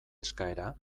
eskaera